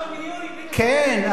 כן,